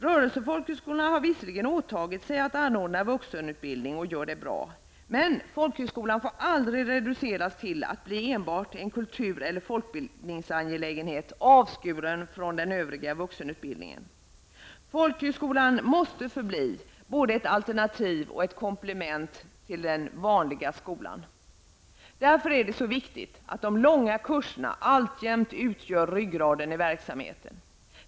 Rörelsefolkhögskolorna har visserligen åtagit sig att anordna vuxenutbildning och gör det bra. Folkhögskolan får aldrig reduceras till att bli enbart en kultur och folkbildningsangelägenhet, avskuren från den övriga vuxenutbildning. Folkhögskolan måste förbli både ett alternativ och ett komplement till den ''vanliga'' skolan. Därför är det så viktigt att de långa kurserna alltjämt utgör ryggraden i verksamheten.